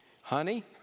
honey